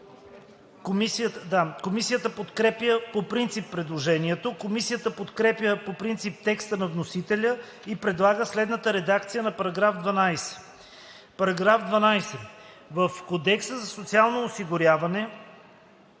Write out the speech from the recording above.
Комисията подкрепя по принцип предложението. Комисията подкрепя по принцип текста на вносителя и предлага следната редакция на § 12: „§ 12. В Кодекса за социално осигуряване